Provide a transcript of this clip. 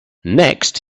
next